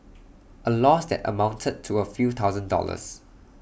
A loss that amounted to A few thousand dollars